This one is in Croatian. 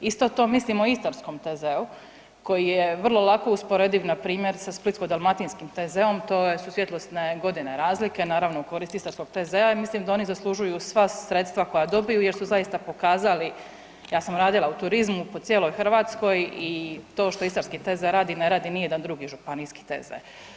Isto to mislimo o Istarskom TZ-u koji je vrlo lako usporediv npr. sa Splitsko-dalmatinskim TZ-om, to je, su svjetlosne godine razlike, naravno korist Istarskog TZ-a i mislim da oni zaslužuju sva sredstva koja dobiju jer su zaista pokazali, ja sam radila u turizmu po cijeloj Hrvatskoj i to što Istarski TZ radi, ne radi nijedan drugi županijski TZ.